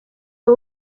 uba